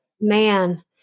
man